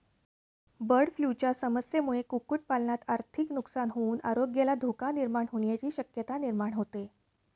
बर्डफ्लूच्या समस्येमुळे कुक्कुटपालनात आर्थिक नुकसान होऊन आरोग्याला धोका निर्माण होण्याची शक्यता निर्माण होते